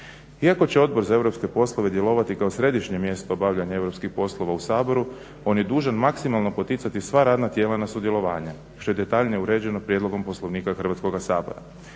Iako će Odbor za europske poslove djelovati kao središnje mjesto obavljanja europskih poslova u Saboru on je dužan maksimalno poticati sva radna tijela na sudjelovanje što je detaljnije uređeno Prijedlogom poslovnika Hrvatskoga sabora.